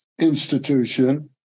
institution